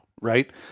Right